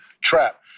trap